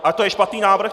A to je špatný návrh?